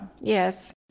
Yes